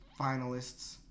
finalists